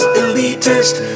elitist